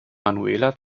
manuela